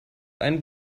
ein